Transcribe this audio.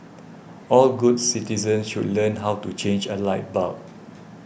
all good citizens should learn how to change a light bulb